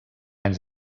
anys